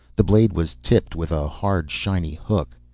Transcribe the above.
the blade was tipped with a hard, shiny hook.